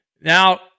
Now